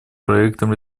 проектам